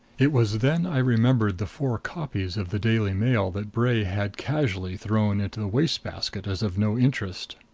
it was then i remembered the four copies of the daily mail that bray had casually thrown into the waste-basket as of no interest.